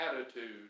attitude